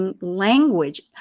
language